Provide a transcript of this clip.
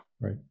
Right